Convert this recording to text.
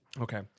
okay